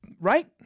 Right